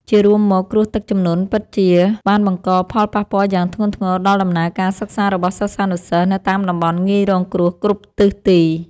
ជារួមមក គ្រោះទឹកជំនន់ពិតជាបានបង្កផលប៉ះពាល់យ៉ាងធ្ងន់ធ្ងរដល់ដំណើរការសិក្សារបស់សិស្សានុសិស្សនៅតាមតំបន់ងាយរងគ្រោះគ្រប់ទិសទី។